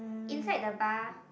inside the bar